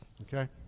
Okay